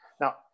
Now